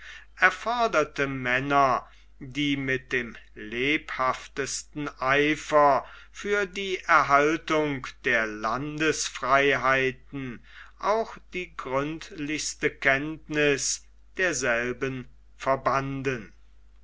erforderte männer die mit dem lebhaftesten eifer für die erhaltung der landesfreiheiten auch die gründlichste kenntniß derselben verbanden